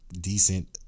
decent